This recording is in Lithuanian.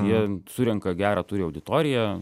jie surenka gerą turi auditoriją